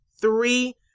three